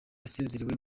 yasezerewe